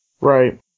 Right